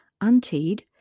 Unteed